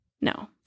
No